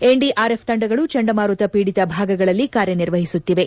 NDRF ತಂಡಗಳು ಚಂಡಮಾರುತ ಪೀಡಿತ ಭಾಗಗಳಲ್ಲಿ ಕಾರ್ಯನಿರ್ವಹಿಸುತ್ತಿವೆ